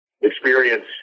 experience